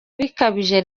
bikabije